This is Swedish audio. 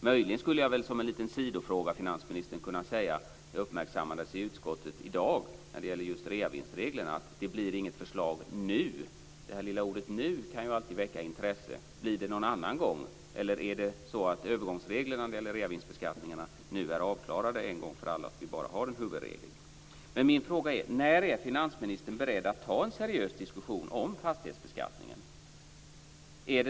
Möjligen skulle jag vid sidan av detta kunna säga att det i utskottet i dag uppmärksammades att det inte blir något förslag "nu" just när det gäller reavinstreglerna. Det lilla ordet "nu" kan alltid väcka intresse. Blir det någon annan gång, eller är övergångsreglerna när det gäller reavinstbeskattningen nu avklarade en gång för alla och vi har bara en huvudregel? Min fråga är: När är finansministern beredd att ta en seriös diskussion om fastighetsbeskattningen?